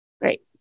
Great